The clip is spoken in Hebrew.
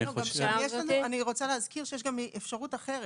אני רוצה להזכיר שיש גם אפשרות אחרת.